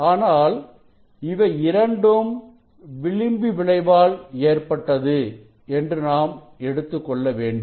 ஆனால் இவை இரண்டும் விளிம்பு விளைவால் ஏற்பட்டது என்று நாம் எடுத்துக் கொள்ள வேண்டும்